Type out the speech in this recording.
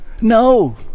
No